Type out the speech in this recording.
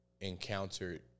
encountered